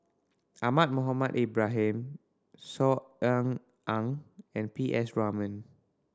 Ahmad Mohamed Ibrahim Saw Ean Ang and P S Raman